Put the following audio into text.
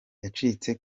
yacitse